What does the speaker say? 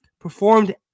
performed